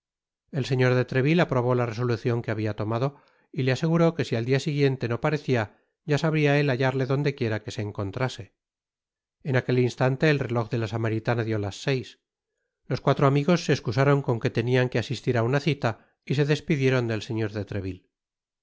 el señor de treville aprobó la resolucion que habia tomado y le aseguró que si al dia siguiente no parecia ya sabria él hallarle donde quiera que se encontrase en aquel instante el reloj de la samaritana dió las seis los cuatro amigos se escusaron con que tenian que asistir á una cita y se despidieron del señor de treville